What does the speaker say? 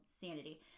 sanity